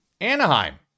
Anaheim